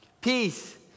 peace